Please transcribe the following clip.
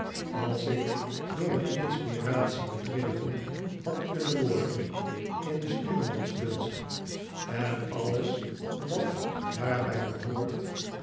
als ik door een inspiratie bedreven had kunnen worden in de stuurmanskunst en alles wat daarbij behoort